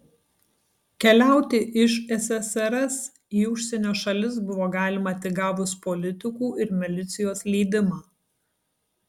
keliauti iš ssrs į užsienio šalis buvo galima tik gavus politikų ir milicijos leidimą